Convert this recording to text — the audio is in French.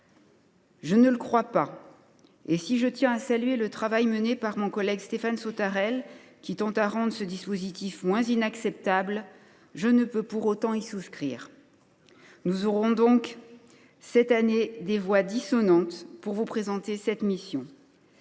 Je ne le crois pas. Si je tiens à saluer le travail mené par mon collègue Stéphane Sautarel, qui tente de rendre ce dispositif moins inacceptable, je ne puis pour autant y souscrire. C’est dommage ! Cette année, nous vous présenterons donc cette mission